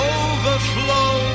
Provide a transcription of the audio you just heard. overflow